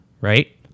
right